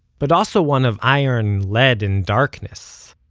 but also one of iron, lead and darkness.